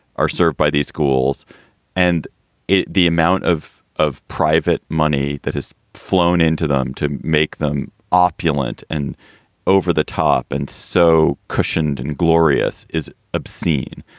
are served by these schools and the amount of of private money that has flown into them to make them opulent. and over the top and so cushioned and glorious is obscene.